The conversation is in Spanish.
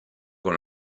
con